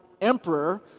emperor